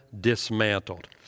dismantled